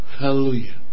Hallelujah